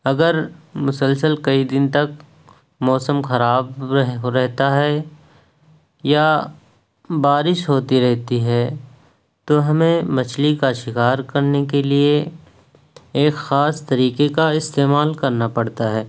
اگر مسلسل کئی دن تک موسم خراب وہ رہتا ہے یا بارش ہوتی رہتی ہے تو ہمیں مچھلی کا شکار کرنے کے لیے ایک خاص طریقے کا استعمال کرنا پڑتا ہے